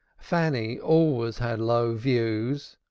fanny always had low views,